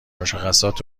مشخصات